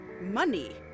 Money